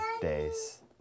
days